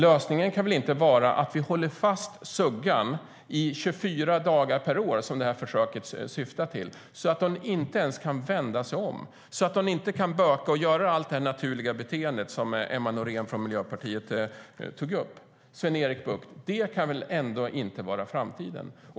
Lösningen kan väl inte vara att hålla fast suggorna i 24 dagar per år, som det här försöket syftar till, så att de inte ens kan vända sig om, böka och göra allt som är deras naturliga beteende, som Emma Nohrén från Miljöpartiet tog upp. Det, Sven-Erik Bucht, kan väl ändå inte vara framtiden.